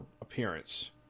appearance